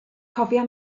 cofia